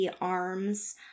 arms